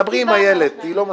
דברי עם איילת שקד, היא לא מסכימה.